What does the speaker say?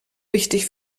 wichtig